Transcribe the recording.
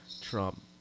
Trump